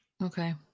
Okay